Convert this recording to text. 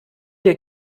der